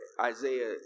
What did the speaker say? Isaiah